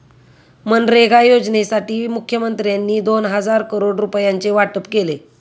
मनरेगा योजनेसाठी मुखमंत्र्यांनी दोन हजार करोड रुपयांचे वाटप केले